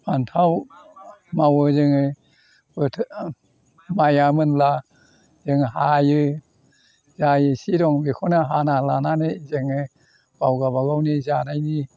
फान्थाव मावो जोङो बोथोराव माइआ मोनब्ला जों हायो जा एसे दं बेखौनो हाना लानानै जोङो गाव गाबागावनि जानायनि